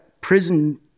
prison